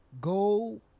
Go